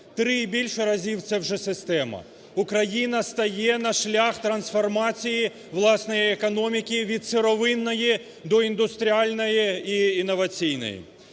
три і більше разів – це вже система. Україна стає на шлях трансформації власної економіки від сировинної до індустріальної і інноваційної.